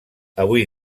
avui